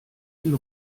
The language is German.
den